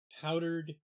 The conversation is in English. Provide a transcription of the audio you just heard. powdered